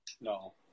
No